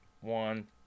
one